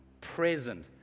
present